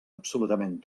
absolutament